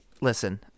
listen